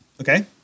Okay